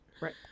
Right